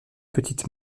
petites